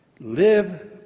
live